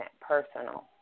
personal